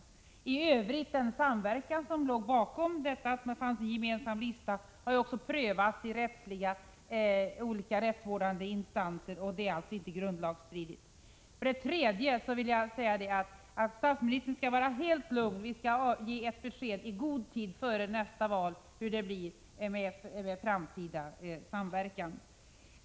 För det andra vill jag nämna att den samverkan som låg bakom det förhållandet att det fanns gemensamma listor har prövats i olika rättsvårdande instanser, som har funnit att samverkan inte är grundlagsstridig. För det tredje kan statsministern vara helt lugn: Vi skall ge besked i god tid före nästa val om hur det blir med framtida samverkan.